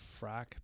frack